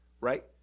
Right